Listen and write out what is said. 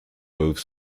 both